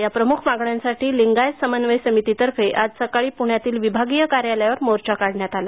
या प्रमुख मागण्यांसाठी लिंगायत समन्वय समितीतर्फे आज सकाळी प्ण्यातील विभागीय कार्यालयावर मोर्चा काढण्यात आला